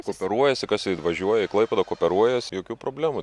kooperuojasi kas į važiuoja į klaipėdą kooperuojasi jokių problemų